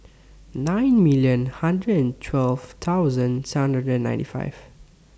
nine million hundred and twelve thousand seven hundred and ninety five